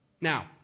Now